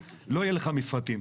לא יהיה לך מפרטים.